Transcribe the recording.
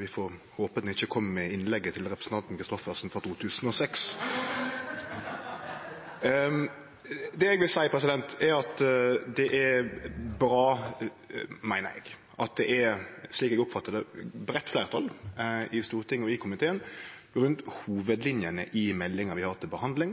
Vi får håpe han ikkje kom med innlegget til representanten Christoffersen fra 2006! Det eg vil seie, er at det er bra at det, slik eg oppfattar det, er eit breitt fleirtal i Stortinget og i komiteen